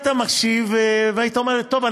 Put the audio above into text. היית מקשיב והיית אומר לי: טוב,